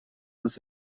ist